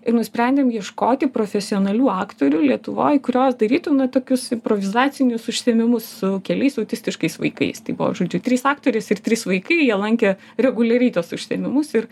ir nusprendėm ieškoti profesionalių aktorių lietuvoj kurios darytų tokius improvizacinius užsiėmimus su keliais autistiškais vaikais tai buvo žodžiu trys aktoriės ir trys vaikai jie lankė reguliariai tuos užsiėmimus ir